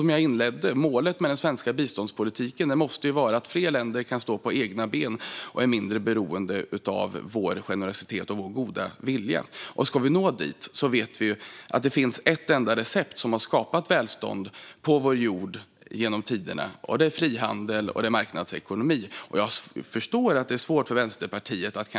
Som jag inledde med måste nämligen målet med den svenska biståndspolitiken vara att fler länder ska stå på egna ben och vara mindre beroende av vår generositet och goda vilja. Vi vet att det finns ett enda recept som skapat välstånd på vår jord genom tiderna, och det är frihandel och marknadsekonomi. Jag förstår att det kanske är svårt för Vänsterpartiet att